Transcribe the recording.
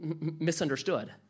misunderstood